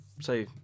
say